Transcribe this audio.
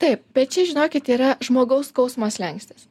taip bet čia žinokit yra žmogaus skausmo slenkstis